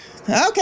okay